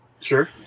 Sure